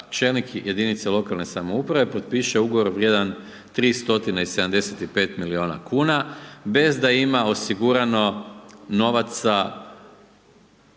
čelnik jedinice lokalne samouprave, potpiše ugovor vrijedan 3 stotine i 75 milijuna kuna, bez da ima osigurano novaca